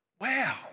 wow